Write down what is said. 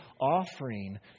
offering